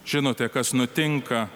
žinote kas nutinka